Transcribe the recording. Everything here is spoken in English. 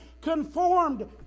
conformed